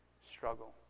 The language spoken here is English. struggle